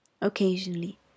Occasionally